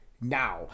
now